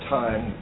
time